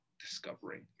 discovering